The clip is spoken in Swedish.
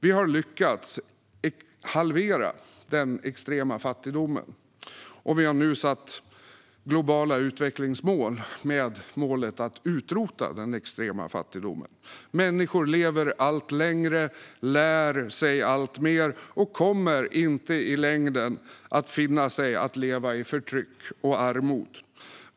Vi har lyckats halvera den extrema fattigdomen, och vi har nu satt upp ett globalt utvecklingsmål om att utrota den extrema fattigdomen. Människor lever allt längre, lär sig alltmer och kommer inte i längden att finna sig i att leva i förtryck och armod.